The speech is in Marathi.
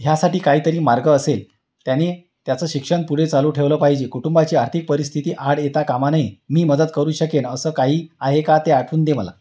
ह्यासाठी काहीतरी मार्ग असेल त्याने त्याचं शिक्षण पुढे चालू ठेवलं पाहिजे कुटुंबाची आर्थिक परिस्थिती आड येता कामा नये मी मदत करू शकेन असं काही आहे का ते आठवून दे मला